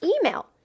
email